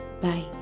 bye